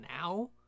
now